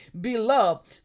beloved